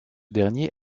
dernier